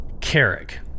Carrick